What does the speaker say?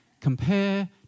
compare